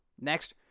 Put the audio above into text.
Next